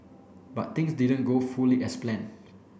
but things didn't go fully as planned